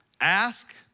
Ask